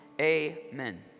Amen